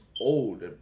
Old